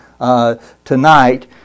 tonight